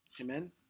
Amen